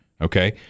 Okay